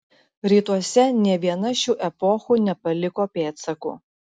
rytuose nė viena šių epochų nepaliko pėdsakų